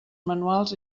manuals